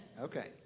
Okay